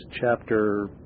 chapter